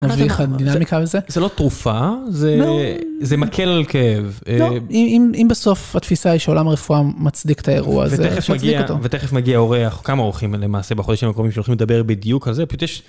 זה לא תרופה, זה מקל על כאב. אם בסוף התפיסה היא שעולם הרפואה מצדיק את האירוע הזה, ותכף מגיע אורח או כמה אורחים למעשה, בחודשים הקרובים שהולכים לדבר בדיוק על זה, פשוט יש...